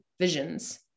visions